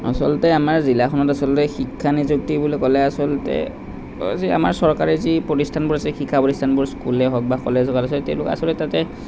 আচলতে আমাৰ জিলাখনত আচলতে শিক্ষা নিযুক্তি বুলি ক'লে আচলতে যি আমাৰ চৰকাৰে যি প্ৰতিষ্ঠানবোৰ আছে শিক্ষা প্ৰতিষ্ঠানবোৰ স্কুলে হওক বা কলেজ হওক তেওঁলোক আচলতে তাতে